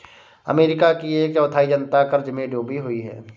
America की एक चौथाई जनता क़र्ज़ में डूबी हुई है